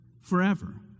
forever